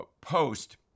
post